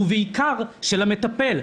ובעיקר של המטפל,